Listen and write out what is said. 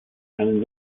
einen